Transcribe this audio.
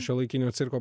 šiuolaikinio cirko